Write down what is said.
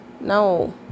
no